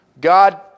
God